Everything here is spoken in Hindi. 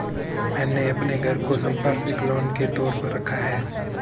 मैंने अपने घर को संपार्श्विक लोन के तौर पर रखा है